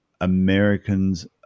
Americans